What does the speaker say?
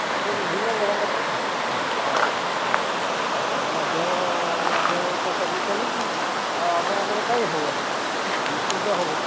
ସବୁ ତ ବିଭିନ୍ନ ଗଣମାଧ୍ୟମ ହଁ ଗଣମାଧ୍ୟମ ମାଧ୍ୟମରେ ତ ସବୁ ଚାଲିଛି ଆଉ ଆପଣଙ୍କର କାହିଁ ହବ ନେଇ ନିଶ୍ଚିତ ହବ